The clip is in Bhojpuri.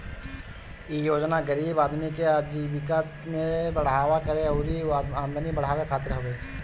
इ योजना गरीब आदमी के आजीविका में बढ़ावा करे अउरी आमदनी बढ़ावे खातिर हवे